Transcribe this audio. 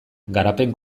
garapen